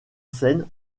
scène